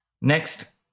Next